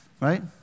Right